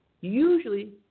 usually